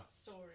story